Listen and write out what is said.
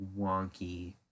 wonky